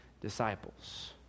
disciples